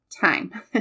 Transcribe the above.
time